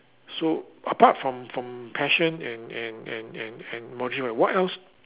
so apart from from passion and and and and and modular what else